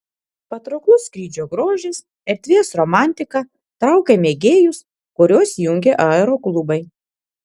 patrauklus skrydžio grožis erdvės romantika traukia mėgėjus kuriuos jungia aeroklubai